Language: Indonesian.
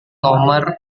nomor